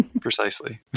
precisely